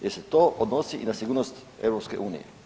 Jer se to odnosi i na sigurnosti EU.